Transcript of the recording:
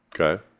okay